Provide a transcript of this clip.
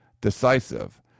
decisive